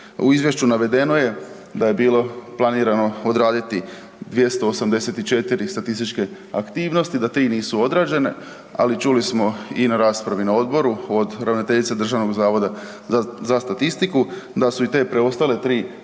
U izvješću navedeno je da je bilo planirano odraditi 284 statističke aktivnosti, da 3 nisu odrađene, ali čuli smo i na raspravi na odboru od ravnateljice DZS-a da su i te preostale tri